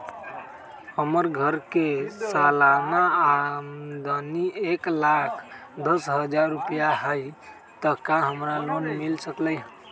हमर घर के सालाना आमदनी एक लाख दस हजार रुपैया हाई त का हमरा लोन मिल सकलई ह?